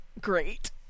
Great